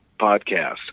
podcast